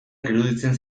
iruditzen